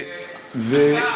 השר,